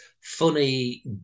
funny